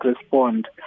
respond